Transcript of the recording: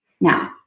Now